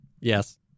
Yes